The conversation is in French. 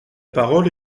parole